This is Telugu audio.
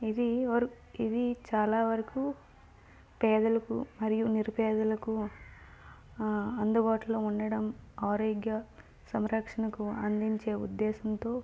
ఇది వర్ ఇది చాలా వరకు పేదలకు మరియు నిరుపేదలకు అందుబాటులో ఉండడం ఆరోగ్య సంరక్షణకు అందించే ఉద్దేశంతో